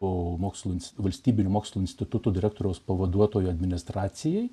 o mokslui valstybinių mokslo institutų direktoriaus pavaduotojo administracijai